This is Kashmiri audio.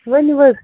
ؤنِو حظ